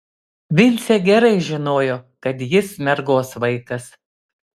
vincė gerai žinojo kad jis mergos vaikas